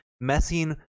messing